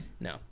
No